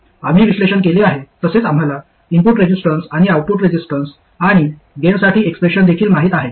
आम्ही विश्लेषण केले आहे तसेच आम्हाला इनपुट रेजिस्टन्स आणि आउटपुट रेजिस्टन्स आणि गेनसाठी एक्सप्रेशन देखील माहित आहे